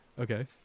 Okay